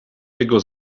jego